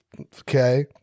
okay